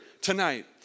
tonight